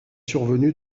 survenu